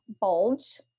bulge